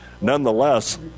nonetheless